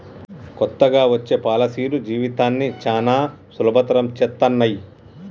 కొత్తగా వచ్చే పాలసీలు జీవితాన్ని చానా సులభతరం చేత్తన్నయి